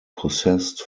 possessed